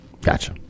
Gotcha